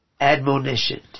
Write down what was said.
admonitioned